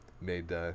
made